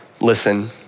Listen